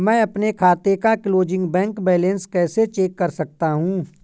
मैं अपने खाते का क्लोजिंग बैंक बैलेंस कैसे चेक कर सकता हूँ?